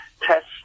test